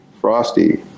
frosty